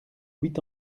huit